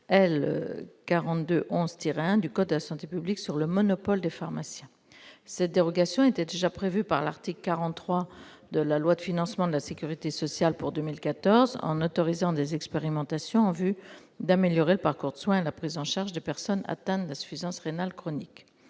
L. 4211-1 du code de la santé publique sur le monopole des pharmaciens. Une telle dérogation était déjà prévue par l'article 43 de la loi de financement de la sécurité sociale pour 2014, autorisant des expérimentations en vue d'améliorer le parcours de soins et la prise en charge des personnes atteintes d'insuffisance rénale chronique.